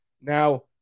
Now